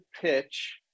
pitch